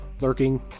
Lurking